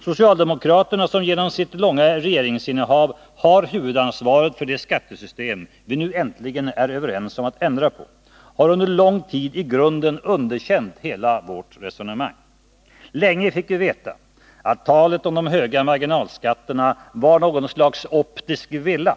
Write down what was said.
Socialdemokraterna, som genom sitt långa regeringsinnehav har huvudansvaret för det skattesystem vi nu äntligen är överens om att ändra på, har under lång tid i grunden underkänt hela vårt resonemang. Länge fick vi veta att talet om de höga marginalskatterna var något slags optisk villa.